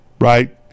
right